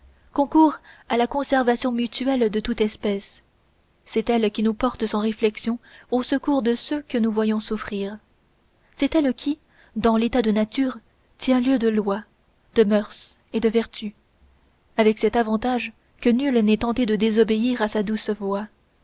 concourt à la conservation mutuelle de toute l'espèce c'est elle qui nous porte sans réflexion au secours de ceux que nous voyons souffrir c'est elle qui dans l'état de nature tient lieu de lois de moeurs et de vertu avec cet avantage que nul n'est tenté de désobéir à sa douce voix